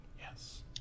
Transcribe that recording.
Yes